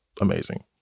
amazing